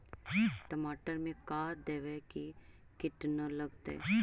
टमाटर में का देबै कि किट न लगतै?